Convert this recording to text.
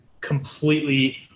Completely